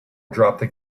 dropped